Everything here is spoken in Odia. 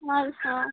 ହଁ ହଁ